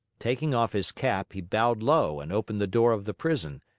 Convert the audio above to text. taking off his cap, he bowed low and opened the door of the prison,